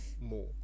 more